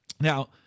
Now